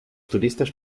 turistas